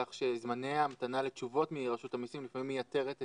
על כך שזמני ההמתנה לתשובות מרשות המסים לפעמים מייתרים את